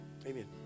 Amen